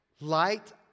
light